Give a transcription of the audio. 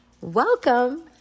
Welcome